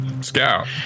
scout